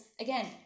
again